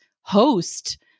host